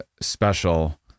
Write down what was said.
special